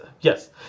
yes